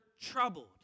troubled